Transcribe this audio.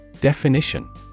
Definition